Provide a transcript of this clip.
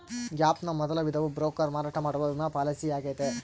gap ನ ಮೊದಲ ವಿಧವು ಬ್ರೋಕರ್ ಮಾರಾಟ ಮಾಡುವ ವಿಮಾ ಪಾಲಿಸಿಯಾಗೈತೆ